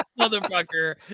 Motherfucker